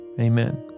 Amen